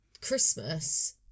christmas